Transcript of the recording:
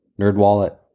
NerdWallet